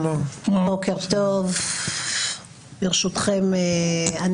בוקר טוב, את